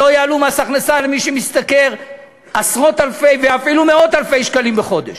שלא יעלו מס הכנסה למי שמשתכר עשרות אלפי ואפילו מאות אלפי שקלים בחודש,